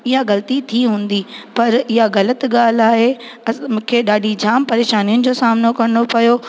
इहा ग़लती थी हूंदी पर इहा ग़लति ॻाल्हि आहे मूंखे ॾाढी जाम परेशानियुनि जो सामिनो करिणो पियो